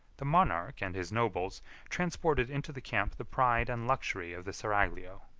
the monarch and his nobles transported into the camp the pride and luxury of the seraglio.